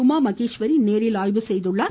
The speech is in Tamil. உமா மகேஸ்வரி நேரில் ஆய்வு செய்தார்